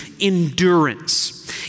endurance